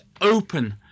open